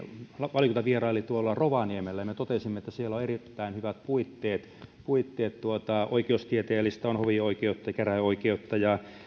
valiokunta vieraili rovaniemellä ja me totesimme että siellä on erittäin hyvät puitteet puitteet on oikeustieteellistä on hovioikeutta ja